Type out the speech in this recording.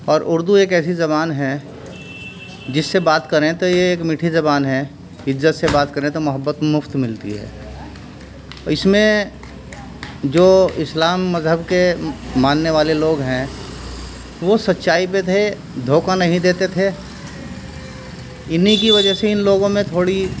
اور اردو ایک ایسی زبان ہے جس سے بات کریں تو یہ ایک میٹھی زبان ہے عزت سے بات کریں تو محبت مفت ملتی ہے اس میں جو اسلام مذہب کے ماننے والے لوگ ہیں وہ سچائی پہ تھے دھوکہ نہیں دیتے تھے ان ہی کی وجہ سے ان لوگوں میں تھوڑی